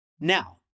Now